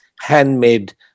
handmade